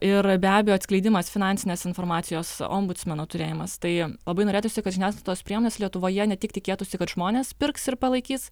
ir be abejo atskleidimas finansinės informacijos ombudsmeno turėjimas tai labai norėtųsi kad žiniasklaidos priemonės lietuvoje ne tik tikėtųsi kad žmonės pirks ir palaikys